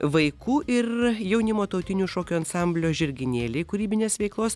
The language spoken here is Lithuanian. vaikų ir jaunimo tautinių šokių ansamblio žirginėliai kūrybinės veiklos